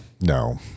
No